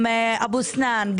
גם אבו סנאן,